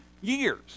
years